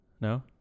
No